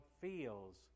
feels